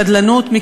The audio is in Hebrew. השתדלנות.